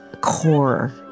core